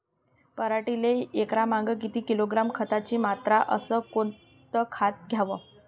पराटीले एकरामागं किती किलोग्रॅम खताची मात्रा अस कोतं खात द्याव?